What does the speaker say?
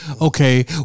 Okay